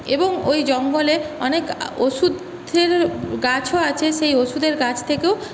এবং ওই জঙ্গলে অনেক ওষুধের গাছও আছে সেই ওষুধের গাছ থেকেও